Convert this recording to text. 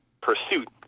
pursuit